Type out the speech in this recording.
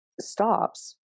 stops